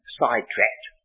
sidetracked